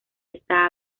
esta